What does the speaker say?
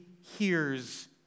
hears